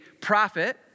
prophet